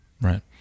Right